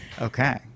Okay